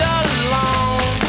alone